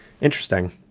Interesting